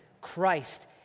Christ